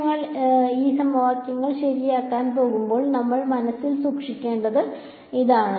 അതിനാൽ ഈ സമവാക്യങ്ങൾ ശരിയാക്കാൻ പോകുമ്പോൾ നമ്മൾ മനസ്സിൽ സൂക്ഷിക്കേണ്ടത് ഇതാണ്